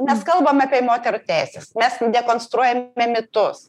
mes kalbam apie moterų teises mes dekonstruojame mitus